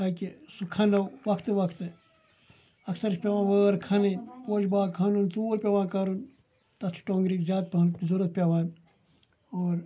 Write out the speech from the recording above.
تاکہِ سُہ کھَنَو پُۄختہٕ وُۄختہٕ اَکثَر چھِ پیٚوان وٲر کھَنٕنۍ پوشہِ باغ کھَنُن ژوٗر پیٚوان کَرُن تَتھ چھِ ٹوٚنٛگرِچ زیادٕ پَہَم ضرورَت پیٚوان اور